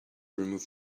remove